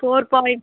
four point